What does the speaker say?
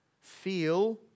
feel